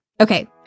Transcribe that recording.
Okay